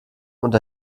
und